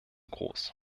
groß